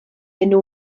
enw